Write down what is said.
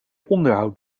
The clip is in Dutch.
onderhoud